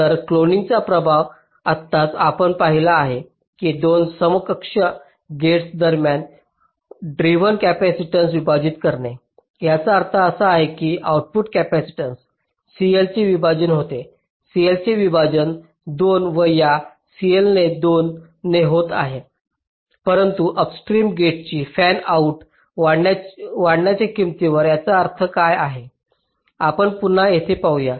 तर क्लोनिंगचा प्रभाव आत्ताच आपण पाहिले आहे की 2 समकक्ष गेट्स दरम्यान ड्रिव्हन कपॅसिटीन्स विभाजित करणे याचा अर्थ असा की आउटपुट कॅपेसिटन्स CL चे विभाजन होते CL चे विभाजन 2 व या CL ने 2 ने होत होते परंतु अपस्ट्रीम गेट्सची फॅनआउट वाढवण्याच्या किंमतीवर याचा अर्थ काय आहे आपण पुन्हा येथे पाहूया